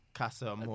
Casa